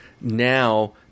now